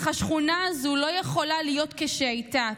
אך השכונה הזו לא יכולה להיות כשהייתה.